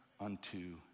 unto